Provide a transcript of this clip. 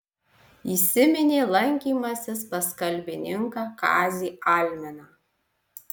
įsiminė lankymasis pas kalbininką kazį alminą